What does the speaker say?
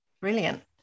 brilliant